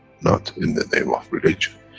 not in the name of religion,